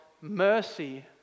mercy